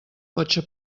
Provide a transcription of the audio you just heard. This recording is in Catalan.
cotxe